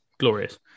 glorious